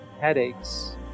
headaches